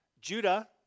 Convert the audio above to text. Judah